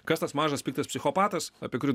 kas tas mažas piktas psichopatas apie kurį